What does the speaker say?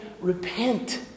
repent